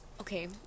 okay